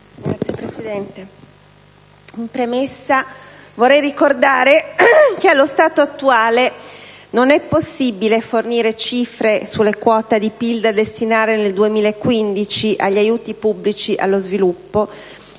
Signora Presidente, in premessa vorrei ricordare che, allo stato attuale, non è possibile fornire cifre sulla quota di PIL da destinare nel 2015 agli aiuti pubblici allo sviluppo.